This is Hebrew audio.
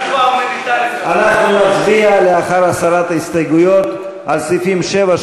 אנחנו נצביע לאחר הסרת ההסתייגויות על סעיפים 7,